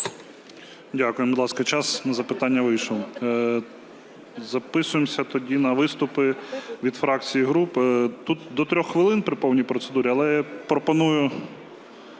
Дякуємо, будь ласка. Час на запитання вийшов. Записуємося тоді на виступи від фракцій і груп. Тут до 3 хвилин при повній процедурі, але пропоную